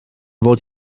fod